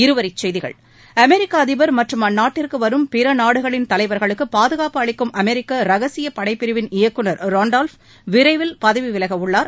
இருவரிச்செய்திகள் அமெரிக்க அதிபர் மற்றும் அந்நாட்டுக்கு வரும் பிற நாடுகளின் தலைவர்களுக்கு பாதுகாப்பு அளிக்கும் அமெரிக்க ரகசிய படைப்பிரிவின் இயக்குநர் ரான்டால்ஃப் விரைவில் பதவி விலக உள்ளார்